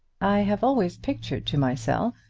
i have always pictured to myself,